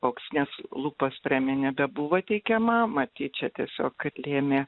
auksinės lupos premija nebebuvo teikiama matyt čia tiesiog lėmė